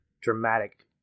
dramatic